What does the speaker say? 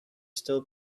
still